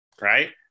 Right